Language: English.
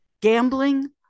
gambling